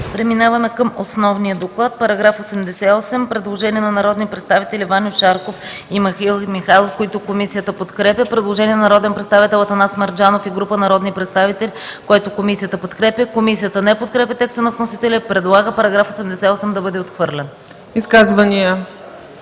Преминаваме към основния доклад. Параграф 88 – предложение на народните представители Ваньо Шарков и Михаил Михайлов, които комисията подкрепя. Предложение на народния представител Атанас Мерджанов и група народни представители, който комисията подкрепя. Комисията не подкрепя текста на вносителя и предлага § 88 да бъде отхвърлен. ПРЕДСЕДАТЕЛ